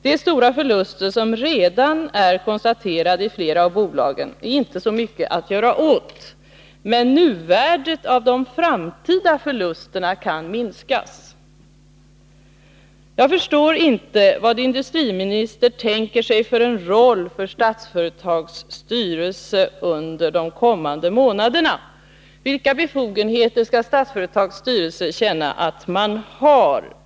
De stora förluster som redan är konstaterade i flera av bolagen är inte så mycket att göra åt. Men nuvärdet av de framtida förlusterna kan minskas. Jag förstår inte vilken roll industriministern tänker sig för Statsföretags styrelse under de kommande månaderna. Vilka befogenheter skall Statsföretags styrelse känna att den har?